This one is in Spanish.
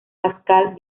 pascal